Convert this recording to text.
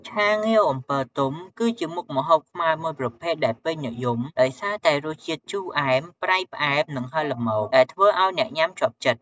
ឆាងាវអំពិលទុំ គឺជាមុខម្ហូបខ្មែរមួយប្រភេទដែលពេញនិយមដោយសារតែរសជាតិជូរអែម ប្រៃ ផ្អែម និងហឹរល្មម ដែលធ្វើឱ្យអ្នកញ៉ាំជាប់ចិត្ត។